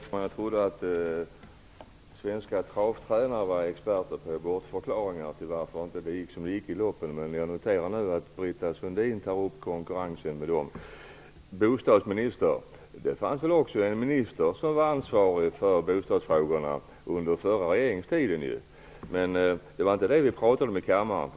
Herr talman! Jag trodde att svenska travtränare var experter på bortförklaringar när det gäller varför det gick som det gick i loppen, men jag noterar nu att Britta Sundin tar upp konkurrensen med dem. Det fanns en minister som var ansvarig för bostadsfrågorna också under förra regeringens tid. Det var inte det vi pratade om i kammaren.